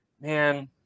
man